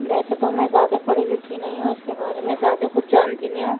ویسے تو میں زیادہ پڑھی لکھی نہیں ہوں اس کے بارے میں زیادہ کچھ جانتی نہیں ہوں